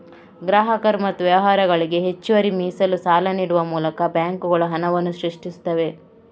ಗ್ರಾಹಕರು ಮತ್ತು ವ್ಯವಹಾರಗಳಿಗೆ ಹೆಚ್ಚುವರಿ ಮೀಸಲು ಸಾಲ ನೀಡುವ ಮೂಲಕ ಬ್ಯಾಂಕುಗಳು ಹಣವನ್ನ ಸೃಷ್ಟಿಸ್ತವೆ